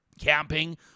Camping